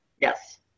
Yes